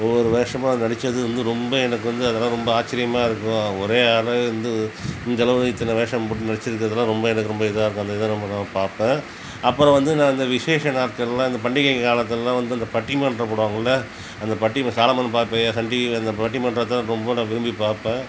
ஒவ்வொரு வேஷமும் அது நடித்தது வந்து ரொம்ப எனக்கு வந்து அதல்லாம் ரொம்ப ஆச்சரியமா இருக்கும் ஒரே ஆள் வந்து இந்தளவு இத்தனை வேஷம் போட்டு நடித்திருந்ததுலாம் ரொம்ப எனக்கு ரொம்ப இதாக இருக்கும் அந்த இதான் ரொம்ப நான் பாப்பேன் அப்பறம் வந்து நான் அந்த விஷேச நாட்கள்லாம் அந்த பண்டிகை காலத்திலலாம் வந்து அந்த பட்டிமன்றம் போடுவாங்கள்ல அந்த பட்டி சாலமன் பாப்பையா சன் டிவியில் அந்த பட்டி மன்றத்தை ரொம்ப நான் விரும்பி பாப்பேன்